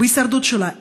בהישרדות שלה,